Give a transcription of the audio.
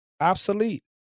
obsolete